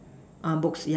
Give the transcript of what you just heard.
err books yeah